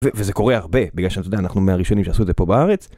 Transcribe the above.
וזה קורה הרבה בגלל שאתה יודע אנחנו מהראשונים שעשו את זה פה בארץ.